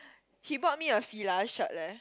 she bought me a Fila shirt leh